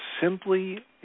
simply